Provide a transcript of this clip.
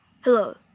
Hello